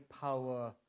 power